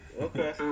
Okay